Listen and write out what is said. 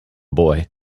boy